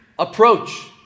approach